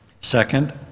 Second